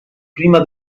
prima